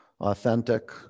authentic